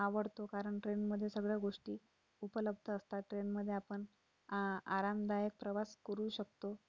आवडतो कारण ट्रेनमध्ये सगळ्या गोष्टी उपलब्ध असतात ट्रेनमध्ये आपण आ आरामदायक प्रवास करू शकतो